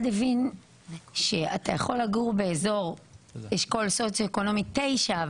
הבין שאתה יכול לגור באזור אשכול סוציואקונומי 9,